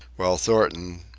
while thornton,